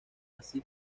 así